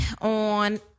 on